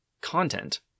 content